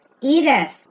Edith